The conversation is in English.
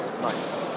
Nice